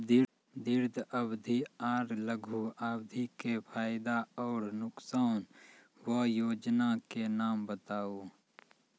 दीर्घ अवधि आर लघु अवधि के फायदा आर नुकसान? वयोजना के नाम बताऊ?